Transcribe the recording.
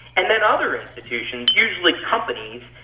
and then other institutions, usually companies,